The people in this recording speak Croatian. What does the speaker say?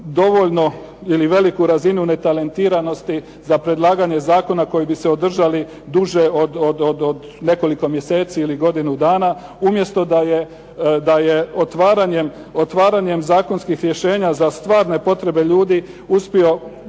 dovoljno ili veliku razinu netalentiranosti za predlaganje zakona koji bi se održali duže od nekoliko mjeseci ili godinu dana umjesto da je otvaranjem zakonskih rješenja za stvarne potrebe ljudi uspio bit